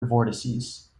vortices